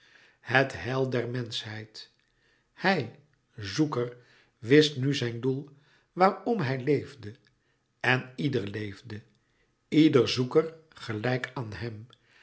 het heil der menschheid hij zoeker wist nu zijn doel waarom hij leefde en ieder leefde ieder zoeker gelijk aan hem